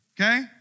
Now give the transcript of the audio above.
Okay